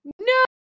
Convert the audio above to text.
no